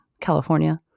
California